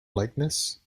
likeness